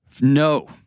No